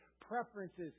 preferences